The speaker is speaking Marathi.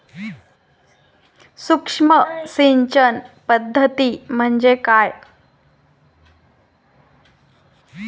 सूक्ष्म सिंचन पद्धती म्हणजे काय?